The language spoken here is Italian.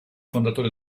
fondatore